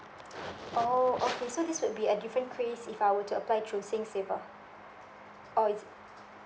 oh okay so this would be a different case if I were to apply through singsaver oh is it